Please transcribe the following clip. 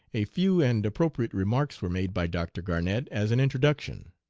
a few and appropriate remarks were made by dr. garnett as an introduction,